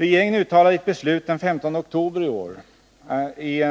Regeringen uttalade i ett beslut den 15 oktober i år, i